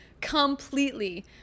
completely